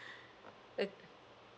uh